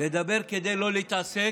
לדבר כדי לא להתעסק,